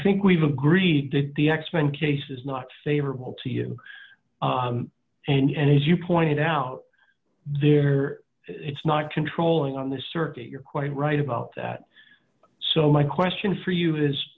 think we've agreed to the x men cases not favorable to you and as you pointed out there it's not controlling on the circuit you're quite right about that so my question for you is